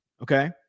Okay